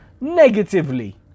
negatively